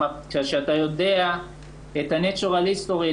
כשאתה יודע את ה-Natural History,